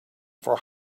for